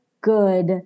good